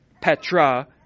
Petra